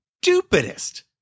Stupidest